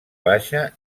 baixa